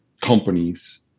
companies